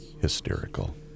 hysterical